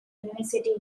university